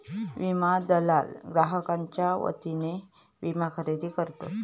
विमा दलाल ग्राहकांच्यो वतीने विमा खरेदी करतत